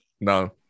No